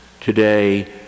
today